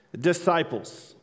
disciples